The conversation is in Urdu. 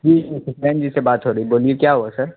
جی سر سقلین جی سے بات ہو رہی ہے بولیے کیا ہوا ہے سر